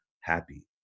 happy